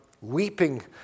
Weeping